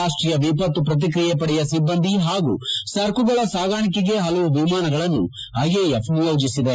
ರಾಷ್ಟೀಯ ವಿಪತ್ತು ಪ್ರಕಿಕ್ರಿಯ ಪಡೆಯ ಸಿಬ್ಬಂದಿ ಹಾಗೂ ಸರಕುಗಳ ಸಾಗಾಣಿಕೆಗೆ ಪಲವು ವಿಮಾನಗಳನ್ನು ಐಎಎಫ್ ನಿಯೋಜಿಸಿದೆ